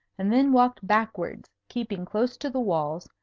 and then walked backwards, keeping close to the walls,